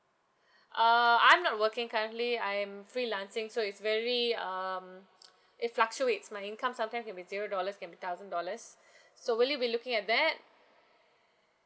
err I'm not working currently I am freelancing so it's very um it fluctuates my income sometimes can be zero dollars can be thousand dollars so will you be looking at that